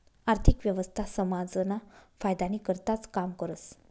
आर्थिक व्यवस्था समाजना फायदानी करताच काम करस